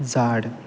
झाड